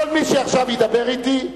כל מי שעכשיו ידבר אתי,